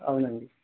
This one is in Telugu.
అవునండి